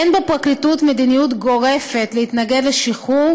אין בפרקליטות מדיניות גורפת להתנגד לשחרור